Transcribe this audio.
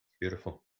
Beautiful